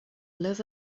love